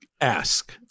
ask